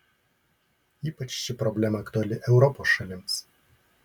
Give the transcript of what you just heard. ypač ši problema aktuali europos šalims